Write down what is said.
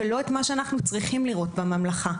ולא את מה שאנחנו צריכים לראות בממלכה.